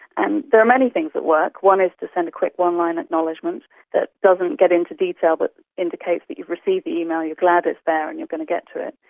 and there are many things that work. one is to send a quick one-line acknowledgement that doesn't get into detail but indicates that you've received the email, you're glad it's there and you're going to get to it,